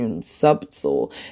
subtle